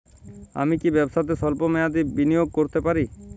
আমি কি ব্যবসাতে স্বল্প মেয়াদি বিনিয়োগ করতে পারি?